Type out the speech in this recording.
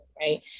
right